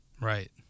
right